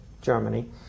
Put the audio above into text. Germany